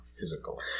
physical